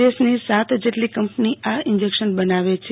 દેશની સાત જેટલી કંપનીઆ ઈન્જેકશન બનાવ છે